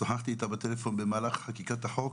שוחחתי איתה בטלפון במהלך חקיקת החוק,